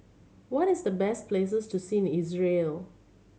what is the best places to see Israel